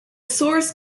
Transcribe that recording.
source